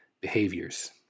behaviors